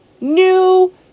new